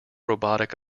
robotic